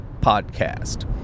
podcast